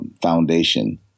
foundation